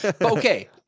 Okay